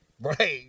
right